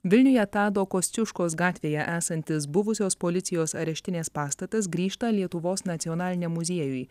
vilniuje tado kosciuškos gatvėje esantis buvusios policijos areštinės pastatas grįžta lietuvos nacionaliniam muziejui